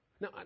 Now